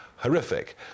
Horrific